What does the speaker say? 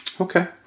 Okay